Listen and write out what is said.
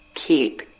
keep